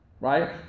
right